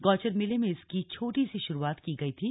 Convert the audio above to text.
गौचर मेले में इसकी छोटी सी शुरूआत की गयी थी